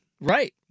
Right